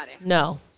no